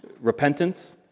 Repentance